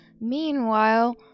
meanwhile